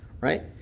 right